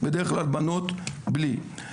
בדרך כלל בנות בלי,